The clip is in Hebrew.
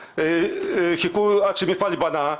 חיכו עד שהמפעל ייבנה.